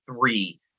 three